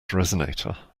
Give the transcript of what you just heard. resonator